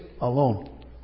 alone